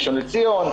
ראשון לציון,